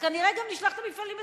כנראה גם נשלח את המפעלים לסינגפור.